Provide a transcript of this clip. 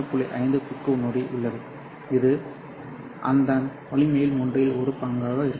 5 பைக்கோ நொடி உள்ளது இது அதன் வலிமையில் மூன்றில் ஒரு பங்காக இருக்கலாம்